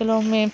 ಕೆಲವೊಮ್ಮೆ